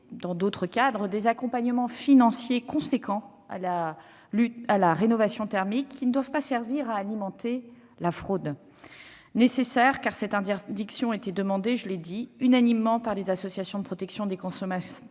d'autres textes, des accompagnements financiers importants pour la rénovation énergétique qui ne doivent pas servir à alimenter la fraude. Nécessaire, car cette interdiction était demandée unanimement par les associations de protection des consommateurs